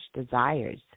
desires